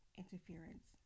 interference